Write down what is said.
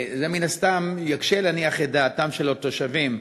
בזה מן הסתם יקשה להניח את דעתם של התושבים.